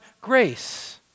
grace